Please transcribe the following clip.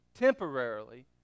temporarily